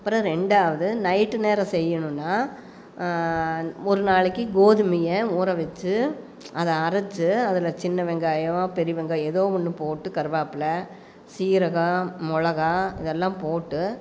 அப்புறம் ரெண்டாவது நைட்டு நேரம் செய்யணும்னா ஒரு நாளைக்கு கோதுமையை ஊற வச்சு அதை அரைச்சு அதில் சின்ன வெங்காயம் பெரிய வெங்காயம் ஏதோ ஒன்று போட்டு கருவேப்பிலை சீரகம் மிளகா இதெல்லாம் போட்டு